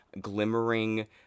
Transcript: glimmering